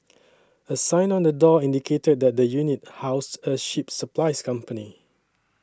a sign on the door indicated that the unit housed a ship supplies company